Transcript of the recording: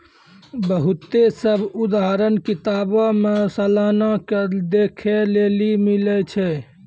बहुते सभ उदाहरण किताबो मे सलाना के देखै लेली मिलै छै